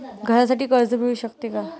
घरासाठी कर्ज मिळू शकते का?